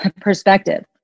perspective